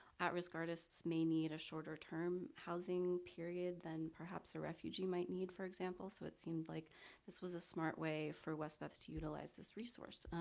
at-risk artists may need a shorter term housing period than perhaps a refugee might need, for example. so it seemed like this was a smart way for westbeth to utilize this resource.